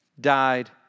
died